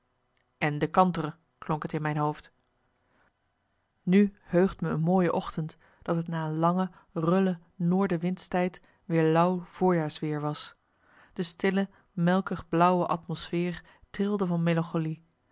en de kantere klonk het in mijn hoofd nu heugt me een mooie ochtend dat het na een lange rulle noordewindstijd weer lauw voorjaarsweer was de stille melkig blauwe atmosfeer trilde van melancholie